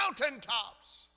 mountaintops